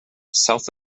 south